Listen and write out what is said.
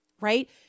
right